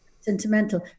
sentimental